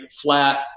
Flat